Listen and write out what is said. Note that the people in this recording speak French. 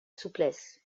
souplesse